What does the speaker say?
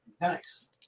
Nice